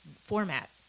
format